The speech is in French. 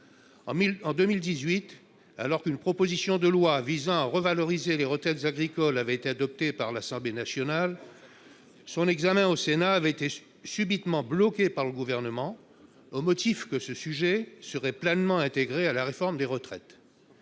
En 2018, alors qu'une proposition loi visant à revaloriser les retraites agricoles avait été adoptée par l'Assemblée nationale, son examen au Sénat avait été subitement bloqué par le Gouvernement au motif que ce sujet serait pleinement intégré à la réforme des retraites.